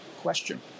question